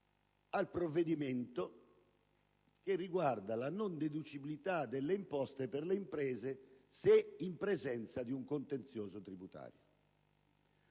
al provvedimento che riguarda la non deducibilità delle imposte per le imprese, se in presenza di un contenzioso tributario.